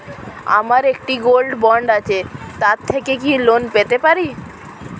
আমার একটি gold bond আছে তার থেকে কি লোন পেতে পারি?